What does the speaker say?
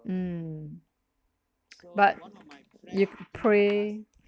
mm but you pray